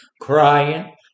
crying